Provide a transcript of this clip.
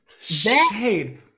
Shade